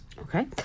Okay